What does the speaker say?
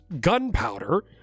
gunpowder